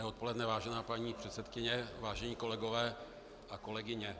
Dobré odpoledne, vážená paní předsedkyně, vážení kolegové a kolegyně.